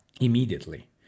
immediately